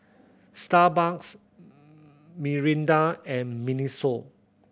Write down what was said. Starbucks Mirinda and MINISO